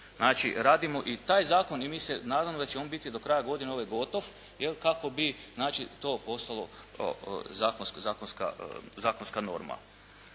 Znači, radimo i taj zakon i mi se nadamo da će on biti do kraja godine ove gotov kako bi to postalo zakonska norma.